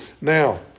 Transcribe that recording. Now